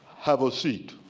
have a seat.